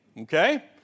okay